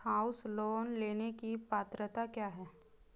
House loan लेने की पात्रता क्या है?